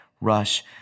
rush